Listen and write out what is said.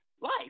life